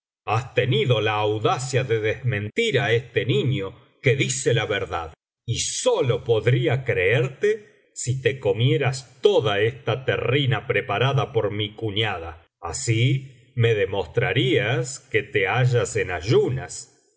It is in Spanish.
has tenido la audacia de desmentir á este niño que dice la verdad y sólo podría creerte si te comieras toda esta terrina preparada por mi cuñada así me demostrarías que te hallas en ayunas